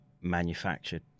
manufactured